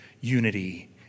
unity